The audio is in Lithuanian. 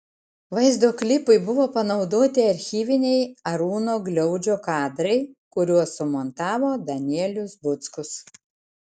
vaizdo klipui buvo panaudoti archyviniai arūno gliaudžio kadrai kuriuos sumontavo danielius buckus